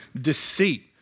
Deceit